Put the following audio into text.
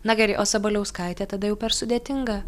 na gerai o sabaliauskaitė tada jau per sudėtinga